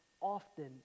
often